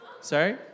Sorry